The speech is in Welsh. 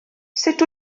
sut